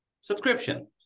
subscription